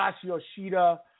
Yoshida